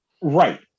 Right